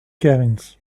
cairns